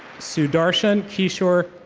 sudarshin keeshor